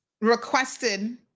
requested